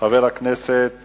חבר הכנסת